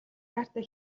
хайртай